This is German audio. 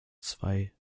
zwei